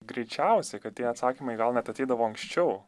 greičiausiai kad tie atsakymai gal net ateidavo anksčiau